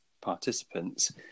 participants